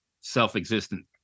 self-existent